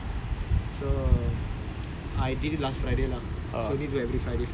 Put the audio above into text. my father he won't pray at all ya so